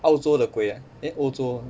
澳洲的鬼啊 eh 欧洲